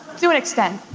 to an extent.